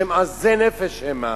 שהם "עזי נפש המה",